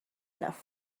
enough